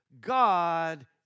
God